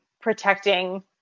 protecting